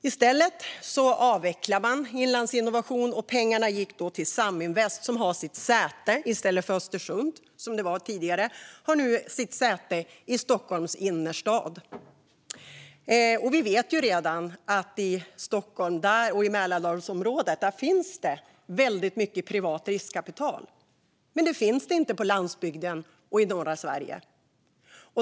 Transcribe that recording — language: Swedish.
I stället avvecklade man Inlandsinnovation, och pengarna gick till Saminvest, som nu har sitt säte i Stockholms innerstad i stället för i Östersund, som tidigare. Vi vet att det i Stockholm och Mälardalsområdet redan finns mycket privat riskkapital, men det gör det inte på landsbygden och i norra Sverige.